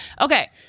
Okay